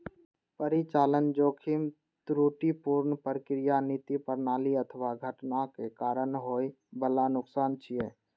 परिचालन जोखिम त्रुटिपूर्ण प्रक्रिया, नीति, प्रणाली अथवा घटनाक कारण होइ बला नुकसान छियै